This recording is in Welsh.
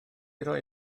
roi